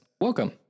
welcome